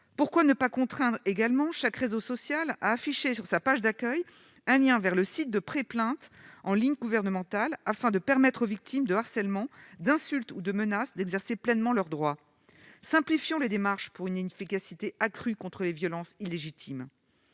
Pourquoi ne pas contraindre également chaque réseau social à afficher sur sa page d'accueil un lien vers le site gouvernemental de pré-plainte en ligne, afin de permettre aux victimes de harcèlement, d'insultes ou de menaces d'exercer pleinement leurs droits ? Simplifions les démarches pour une efficacité accrue contre les violences illégitimes